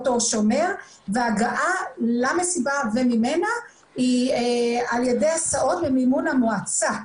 וההגעה למסיבה והיציאה ממנה על ידי הסעות במימון המועצה.